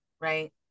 right